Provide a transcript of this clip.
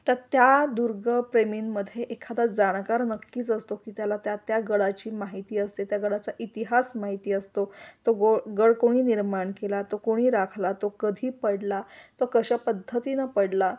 तर त्या दुर्गप्रेमींमध्ये एखादा जाणकार नक्कीच असतो की त्याला त्या त्या गडाची माहिती असते त्या गडाचा इतिहास माहिती असतो तो गो गड कोणी निर्माण केला तो कोणी राखला तो कधी पडला तो कशा पद्धतीनं पडला